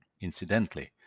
Incidentally